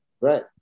right